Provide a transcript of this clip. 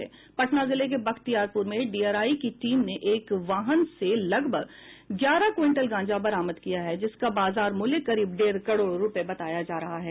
पटना जिले के बख्तियारपूर में डीआरआई की टीम ने एक वाहन से लगभग ग्यारह क्विंटल गांजा बरामद किया है जिसका बाजार मूल्य करीब डेढ़ करोड़ रूपये बताया जा रहा है